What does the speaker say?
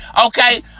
Okay